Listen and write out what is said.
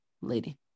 lady